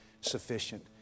sufficient